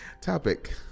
topic